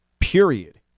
period